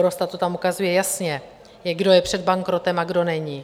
Eurostat to tam ukazuje jasně, kdo je před bankrotem a kdo není.